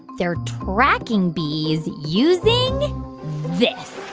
they're tracking bees using this